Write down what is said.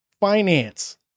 finance